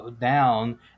down